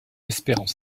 espérant